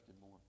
more